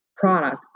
product